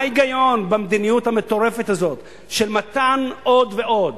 מה ההיגיון במדיניות המטורפת הזאת של מתן עוד ועוד